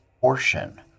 portion